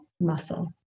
muscle